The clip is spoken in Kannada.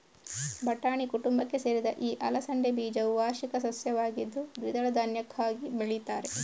ಬಟಾಣಿ ಕುಟುಂಬಕ್ಕೆ ಸೇರಿದ ಈ ಅಲಸಂಡೆ ಬೀಜವು ವಾರ್ಷಿಕ ಸಸ್ಯವಾಗಿದ್ದು ದ್ವಿದಳ ಧಾನ್ಯಕ್ಕಾಗಿ ಬೆಳೀತಾರೆ